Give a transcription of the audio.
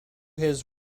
his